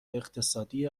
اقتصادی